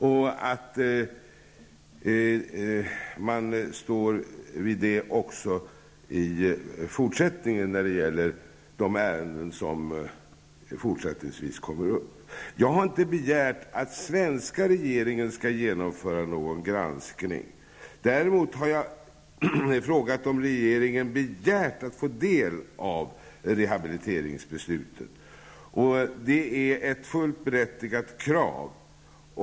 Man måste stå fast vid besluten i fortsättningen när det gäller ärenden som kommer upp. Jag har inte begärt att den svenska regeringen skall genomföra någon granskning. Däremot har jag frågat om regeringen begärt att få del av rehabiliteringsbesluten. Det är ett fullt berättigat krav.